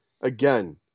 again